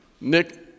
Nick